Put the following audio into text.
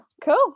cool